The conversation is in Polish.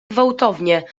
gwałtownie